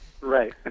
Right